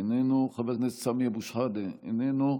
איננו, חבר הכנסת סמי אבו שחאדה, איננו,